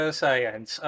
science